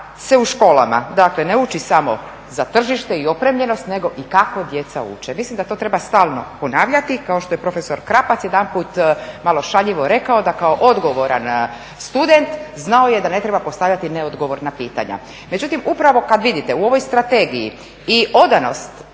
u školama, dakle ne uči samo za tržište i opremljenost, nego i kako djeca uče. Mislim da to treba stalno ponavljati, kao što je profesor Krapac jedanput malo šaljivo rekao, da kao odgovoran student znao je da ne treba postavljati neodgovorna pitanja. Međutim, upravo kad vidite u ovoj strategiji i odanost